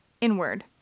inward